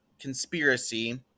conspiracy